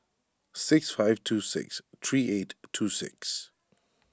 six five two six three eight two six